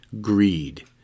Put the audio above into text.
greed